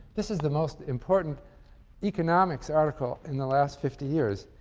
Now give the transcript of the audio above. this is the most important economics article in the last fifty years,